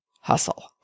hustle